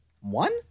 one